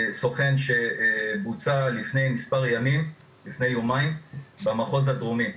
סוכן שבוצע לפני יומיים במחוז הדרומי.